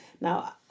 now